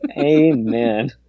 Amen